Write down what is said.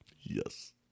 Yes